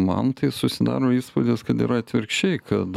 man tai susidaro įspūdis kad yra atvirkščiai kad